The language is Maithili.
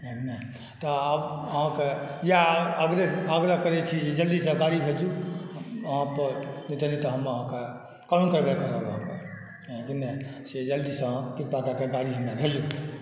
तऽ अहाँके इएह आग्रह करै छी जे जल्दी सँ गाड़ी भेजू नहि तऽ हम अहाँके कानूनी कार्रवाई करब बुझलियै से जल्दीसँ कृपा कऽ कऽ गाड़ी हमरा भेजू